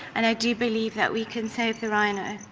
and i do believe that we can save the rhino.